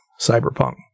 Cyberpunk